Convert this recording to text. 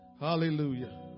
hallelujah